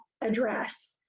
address